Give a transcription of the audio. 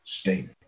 state